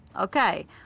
Okay